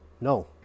No